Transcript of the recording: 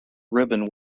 ribbon